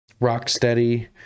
Rocksteady